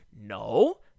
No